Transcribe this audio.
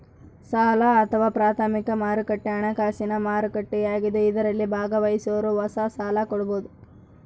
ಸಾಲ ಅಥವಾ ಪ್ರಾಥಮಿಕ ಮಾರುಕಟ್ಟೆ ಹಣಕಾಸಿನ ಮಾರುಕಟ್ಟೆಯಾಗಿದ್ದು ಇದರಲ್ಲಿ ಭಾಗವಹಿಸೋರು ಹೊಸ ಸಾಲ ಕೊಡಬೋದು